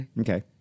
Okay